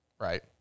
right